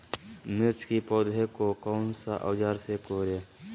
मिर्च की पौधे को कौन सा औजार से कोरे?